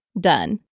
done